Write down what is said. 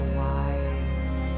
wise